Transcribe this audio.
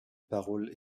paroles